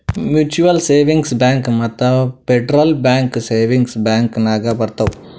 mutual savings bank ಮತ್ತ federal bank savings bank ನಾಗ್ ಬರ್ತಾವ್